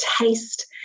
taste